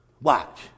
Watch